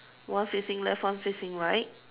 one facing left one facing right